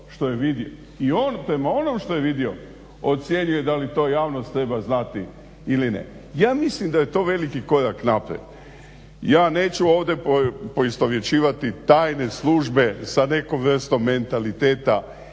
i on prema onom što je vidio ocjenjuje da li to javnost treba znati ili ne. Ja mislim da je to veliki korak naprijed. Ja neću ovdje poistovjećivati tajne službe sa nekom vrstom mentaliteta